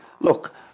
look